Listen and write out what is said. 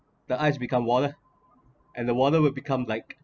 the ice become water and the water would become like